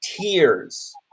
tears